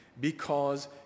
because